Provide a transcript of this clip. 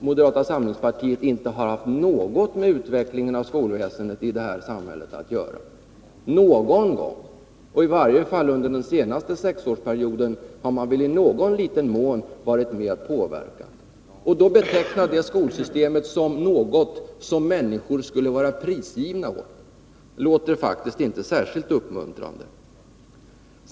moderata samlingspartiet inte har haft något med utvecklingen av skolväsendet här i samhället att göra. Någon gång, i varje fall under den senaste sexårsperioden, har man väl i någon liten mån varit med om att påverka skolan. Att då beteckna det skolsystemet som något som människor skulle vara prisgivna åt låter inte särskilt uppmuntrande.